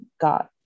got